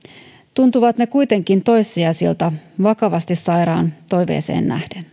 tuntuvat ne kuitenkin toissijaisilta vakavasti sairaan toiveeseen nähden